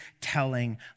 telling